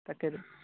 তাকে